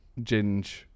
Ginge